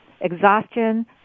exhaustion